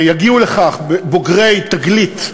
יגיעו לכך בוגרי "תגלית"